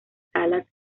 salas